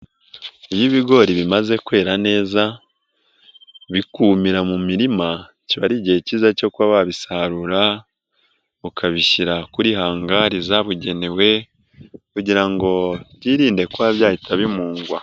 Iyo ibigori bimaze kwera neza bikumira mu mirima kiba ari igihe cyiza cyo kuba wabisarura, ukabishyira kuri hangali zabugenewe kugira ngo byirinde kuba byahita bimungwa.